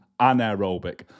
anaerobic